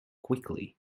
quickly